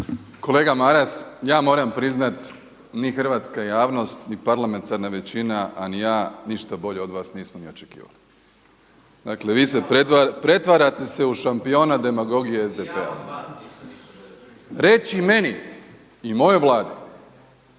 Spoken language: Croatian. Kolega Maras, ja moram priznat ni hrvatska javnost, ni parlamentarna većina, a ni ja ništa bolje od vas nismo ni očekivali. Dakle, vi se pretvarate, pretvarate se u šampiona demagogije SDP-a. Reći meni i mojoj Vladi